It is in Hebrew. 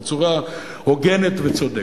בצורה הוגנת וצודקת.